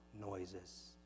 noises